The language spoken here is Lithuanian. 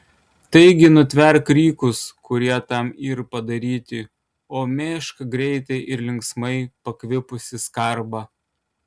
taigi nutverk rykus kurie tam yr padaryti o mėžk greitai ir linksmai pakvipusį skarbą